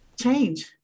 change